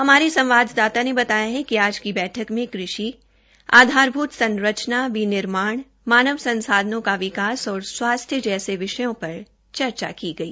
हमारे संवाददाता ने बताया है कि आज की बैठक में कृषि आधारभूत संरचना विनिर्माण मानव संसाधनों का विकास और स्वास्थ्य जैसे विषयों पर चर्चा की गई